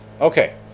Okay